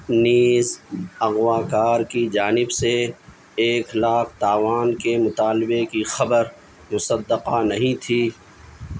نیز اغوا کار کی جانب سے ایک لاکھ تاوان کے مطالبے کی خبر مصدقہ نہیں تھی